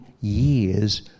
years